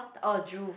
orh drool